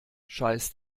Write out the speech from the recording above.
scheiß